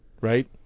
right